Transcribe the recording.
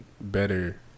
better